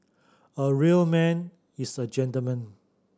a real man is a gentleman